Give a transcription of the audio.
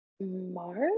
March